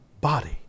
body